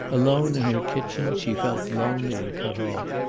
alone in her kitchen she felt lonely and cut off.